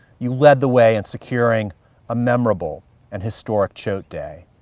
you led the way in securing a memorable and historic choate day.